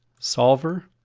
solver,